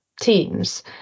teams